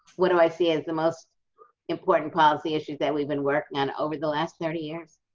what do i see as the most important policy issues that we've been working on over the last thirty years?